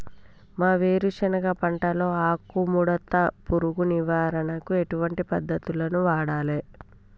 మా వేరుశెనగ పంటలో ఆకుముడత పురుగు నివారణకు ఎటువంటి పద్దతులను వాడాలే?